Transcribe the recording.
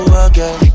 again